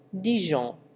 Dijon